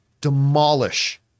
demolish